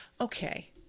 Okay